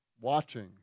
watching